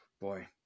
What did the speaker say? boy